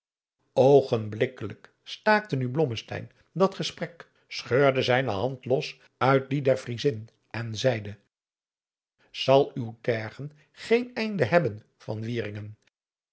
oogenblikkelijk staakte nu blommesteyn dat gesprek scheurde zijne hand los uit die der vriezin en zeide zal uw tergen geen einde hebben